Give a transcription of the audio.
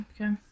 Okay